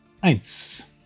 Eins